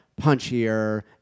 punchier